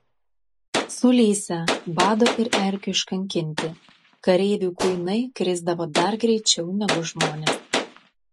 sulysę bado ir erkių iškankinti kareivių kuinai krisdavo dar greičiau negu žmonės